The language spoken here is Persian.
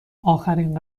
آخرین